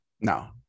No